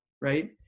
right